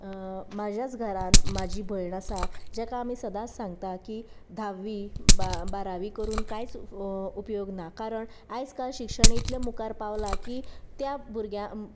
म्हज्याच घरान म्हजी भयण आसा जाका आमी सदांच सांगता की धाव्वी बारावी करून कांयच उपयोग ना कारण आयज काल शिक्षण इतलें मुखार पावलां की त्या भुरग्याक